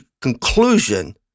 conclusion